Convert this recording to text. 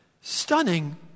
stunning